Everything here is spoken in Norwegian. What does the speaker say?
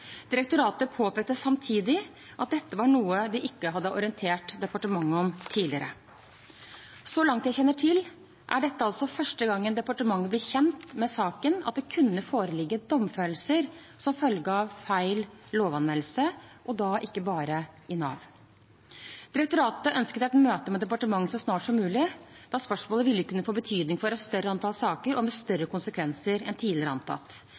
Direktoratet påpekte samtidig at dette var noe de ikke hadde orientert departementet om tidligere. Så langt jeg kjenner til, er dette altså første gangen departementet blir kjent med saken om at det kunne foreligge domfellelser som følge av feil lovanvendelse – og ikke bare i Nav. Direktoratet ønsket et møte med departementet så snart som mulig, da spørsmålet ville kunne få betydning for et større antall saker og med større konsekvenser enn tidligere antatt.